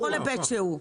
בכל היבט שהוא.